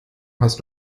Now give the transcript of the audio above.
hast